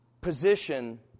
Position